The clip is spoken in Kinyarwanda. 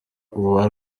uwa